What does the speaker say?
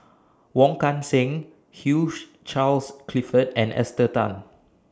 Wong Kan Seng Hugh Charles Clifford and Esther Tan